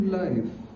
life